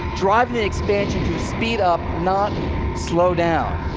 driving ah expansion to speed up, not slow down.